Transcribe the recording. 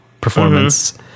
performance